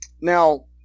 Now